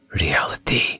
Reality